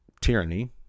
tyranny